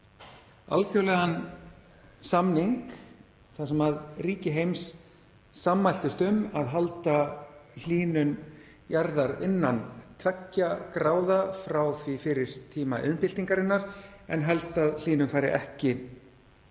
alþjóðlegan samning þar sem ríki heims sammæltust um að halda hlýnun jarðar innan 2° frá því fyrir tíma iðnbyltingarinnar en helst að hlýnun færi ekki